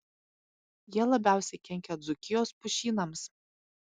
jie labiausiai kenkia dzūkijos pušynams